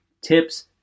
tips